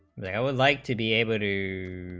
they like to be able to